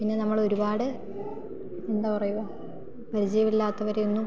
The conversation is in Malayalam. പിന്നെ നമ്മളൊരുപാട് എന്താ പറയുക പരിചയമില്ലാത്തവരെയൊന്നും